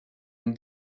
une